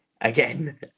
Again